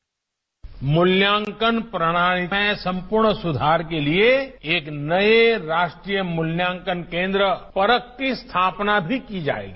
bite मूल्यांकन प्रणाली में संपूर्ण सुधार के लिए एक नये राष्ट्रीय मूल्यांकन केन्द्र परख की स्थापना भी की जाएगी